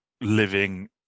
living